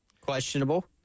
Questionable